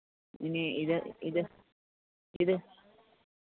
ഇനി ഇത് ഇത് ഇത്